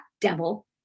devil